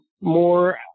more